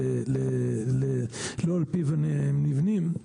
לא על פיו נבנים,